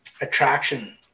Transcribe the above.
attraction